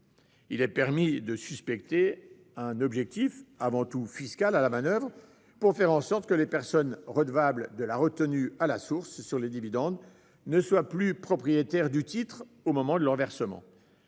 cette manoeuvre un objectif avant tout fiscal, pour faire en sorte que les personnes redevables de la retenue à la source sur les dividendes ne soient plus propriétaires du titre au moment de leur versement.